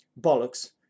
bollocks